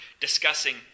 discussing